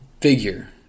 figure